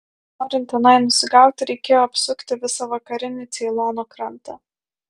norint tenai nusigauti reikėjo apsukti visą vakarinį ceilono krantą